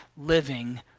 living